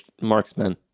Marksman